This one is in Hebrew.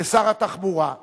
לשר התחבורה,